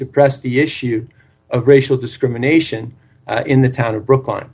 to press the issue of racial discrimination in the town of brooklyn